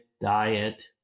diet